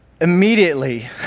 immediately